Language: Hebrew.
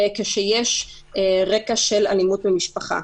כשיש רקע של אלימות במשפחה.